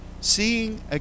Seeing